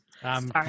Sorry